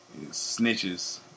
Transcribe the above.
Snitches